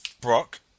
Brock